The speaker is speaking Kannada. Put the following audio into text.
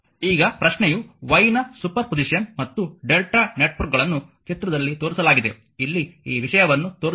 ಈಗ ಪ್ರಶ್ನೆಯು y ನ ಸೂಪರ್ಪೋಸಿಷನ್ ಮತ್ತು Δ ನೆಟ್ವರ್ಕ್ಗಳನ್ನು ಚಿತ್ರದಲ್ಲಿ ತೋರಿಸಲಾಗಿದೆ ಇಲ್ಲಿ ಈ ವಿಷಯವನ್ನು ತೋರಿಸಲಾಗಿದೆ